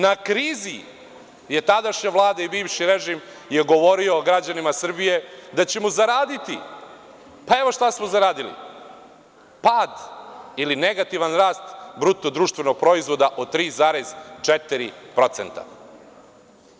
Na krizi je tadašnja Vlada i bivši režim je govorio građanima Srbije da ćemo zaraditi, pa evo šta smo zaradili, pad ili negativan rat bruto društvenog proizvoda od 3,4%